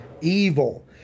evil